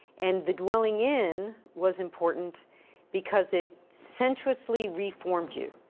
and the dwelling in was important because it sensuously reformed you.